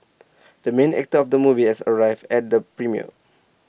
the main actor of the movie has arrived at the premiere